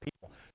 people